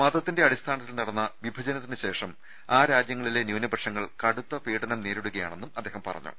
മതത്തിന്റെ അടിസ്ഥാനത്തിൽ നടന്ന വിഭജനത്തിനുശേഷം ആ രാജ്യങ്ങളിലെ ന്യൂനപക്ഷങ്ങൾ കടുത്ത പീഡനം നേരിടുകയാ ണെന്നും അദ്ദേഹം പറഞ്ഞു